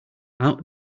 out